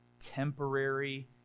temporary